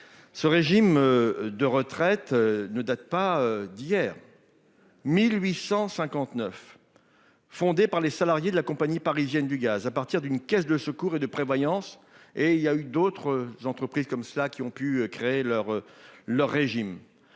Ce régime de retraite ne date pas d'hier : il a été fondé en 1859 par les salariés de la compagnie parisienne du gaz à partir d'une caisse de secours et de prévoyance- d'autres entreprises ont ainsi pu créer leur régime.